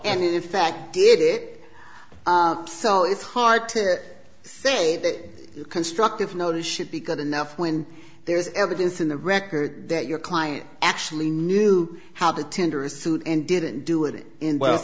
and in fact did it so it's hard to say that constructive notice should be good enough when there is evidence in the record that your client actually knew how to tender a suit and didn't do it in well